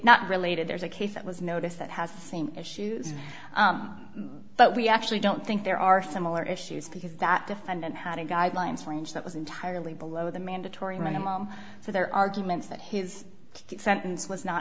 not related there's a case that was noticed that has the same issues but we actually don't think there are similar issues because that defendant had a guidelines for range that was entirely below the mandatory minimum so their arguments that his sentence was not